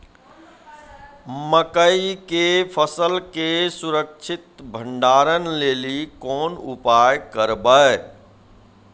मकई के फसल के सुरक्षित भंडारण लेली कोंन उपाय करबै?